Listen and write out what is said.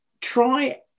try